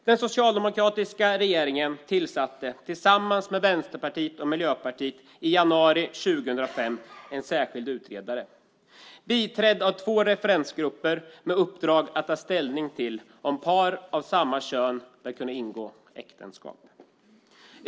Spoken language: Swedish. Den socialdemokratiska regeringen tillsatte tillsammans med Vänsterpartiet och Miljöpartiet i januari 2005 en särskild utredare, biträdd av två referensgrupper med uppdrag att ta ställning till om par av samma kön ska kunna ingå äktenskap.